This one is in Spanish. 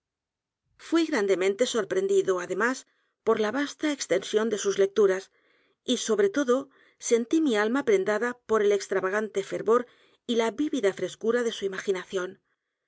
fui grandemente sorprendido además por la vasta extensión de sus l e c t u r a s y sobretodo sentí mi alma prendada por el extravagante fervor y la vivida frescura de su imaginación